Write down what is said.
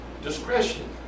Discretion